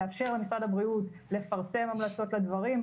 לאפשר למשרד הבריאות לפרסם המלצות לדברים.